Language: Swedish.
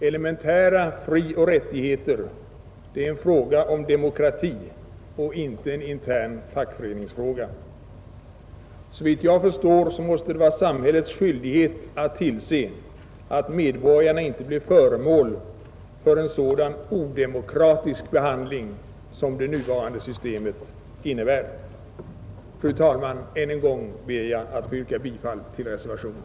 Elementära frioch rättigheter är en fråga om demokrati och inte en intern fackföreningsfråga. Såvitt jag förstår måste det vara samhällets skyldighet att tillse att medborgarna inte blir föremål för en sådan odemokratisk behandling som det nuvarande systemet innebär. Fru talman! Än en gång ber jag att få yrka bifall till reservationen.